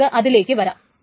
നമുക്ക് അതിലേക്ക് വരാം